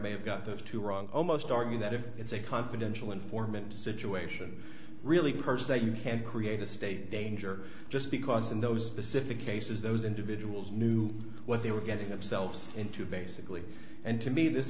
may have got those two wrong almost argue that if it's a confidential informant situation really purse that you can't create a state danger just because in those pacific cases those individuals knew what they were getting themselves into basically and to me this